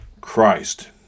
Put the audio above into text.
Christ